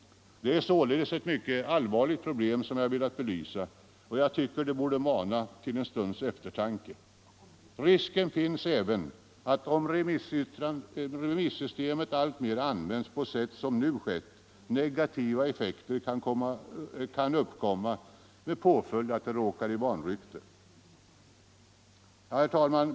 Det är således ett mycket allvarligt problem, som jag velat belysa, och jag tycker att det borde mana till en stunds eftertanke. Risken finns även att, om remissystemet alltmer används på sätt som nu skett, negativa effekter kan uppkomma med påföljd att det råkar i vanrykte. Herr talman!